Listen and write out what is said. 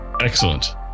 Excellent